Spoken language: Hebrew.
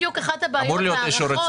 זו בדיוק אחת הבעיות בהארכות,